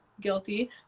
guilty